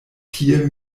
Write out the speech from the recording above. tie